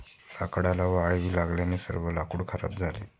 लाकडाला वाळवी लागल्याने सर्व लाकूड खराब झाले